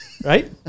right